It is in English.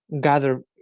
gather